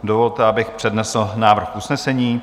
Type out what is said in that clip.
Dovolte, abych přednesl návrh usnesení: